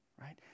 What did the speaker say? right